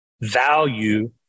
value